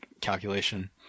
calculation